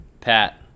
pat